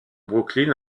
brooklyn